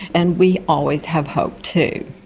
and we always have hope too.